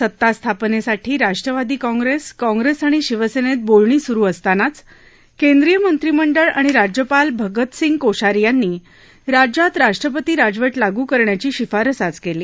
सत्तास्थापनेसाठी Rashtravadi Congress Congress आणि शिवसेनेत बोलणी सुरु असतानाच केंद्रीय मंत्रिमंडळ आणि राज्यपाल भगतसिंग कोश्यारी यांनी राज्यात राष्ट्रपती राजवट लागू करण्याची शिफारस आज केली